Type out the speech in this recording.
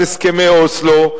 מאז הסכמי אוסלו,